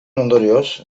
ondorioz